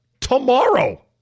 tomorrow